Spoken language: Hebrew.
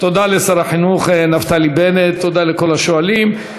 תודה לשר החינוך נפתלי בנט, תודה לכל השואלים.